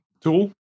tool